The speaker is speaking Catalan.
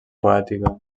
poètica